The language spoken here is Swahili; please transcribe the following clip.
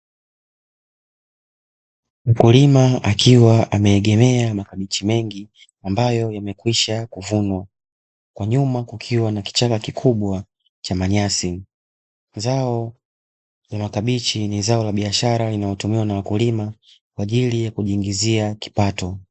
Mkulima akiwa ameegemea makabichi mengi ambayo imekwisha vunwa, kwa nyuma kukiwa na kichaka kikubwa cha manyasi, zao za makabichi ni zao la biashara inayotumiwa na wakulima kwa ajili ya kujiingizia kipato.